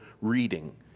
reading